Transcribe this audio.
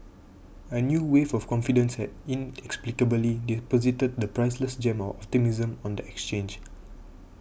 a new wave of confidence had inexplicably deposited the priceless gem of optimism on the exchange